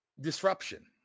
disruption